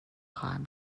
خواهم